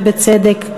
ובצדק.